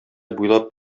буйлап